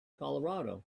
colorado